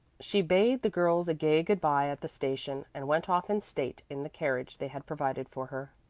she bade the girls a gay good-bye at the station, and went off in state in the carriage they had provided for her.